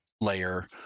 layer